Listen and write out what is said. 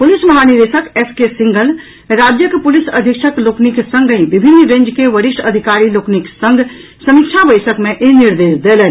police महानिदेश S K Singhal राज्यक पुलिस अधीक्षक लोकनिक संगहि विभिन्न रेंज के वरिष्ठ अधिकारीक लोकनिक संग समीक्षा बैसक मे ई निर्देश देलनि